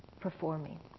performing